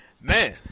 Man